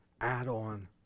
add-on